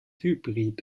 hybrid